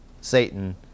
Satan